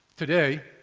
today,